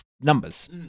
numbers